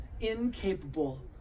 incapable